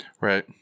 Right